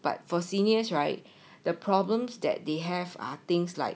but for seniors right the problems that they have are things like